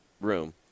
room